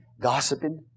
gossiping